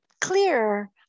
clear